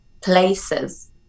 places